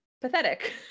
pathetic